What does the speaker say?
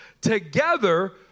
together